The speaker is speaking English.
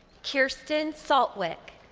kiersten saltwick.